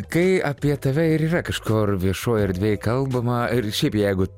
kai apie tave ir yra kažkur viešoje erdvėje kalbama ir šiaip jeigu